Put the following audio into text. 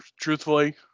truthfully